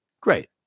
great